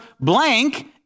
blank